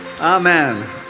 Amen